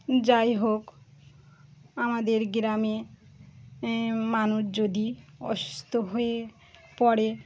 যাই হোক আমাদের গ্রামে মানুষ যদি অসুস্থ হয়ে পড়ে